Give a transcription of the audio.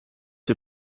wir